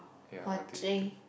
ya what do you do